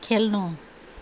खेल्नु